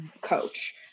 coach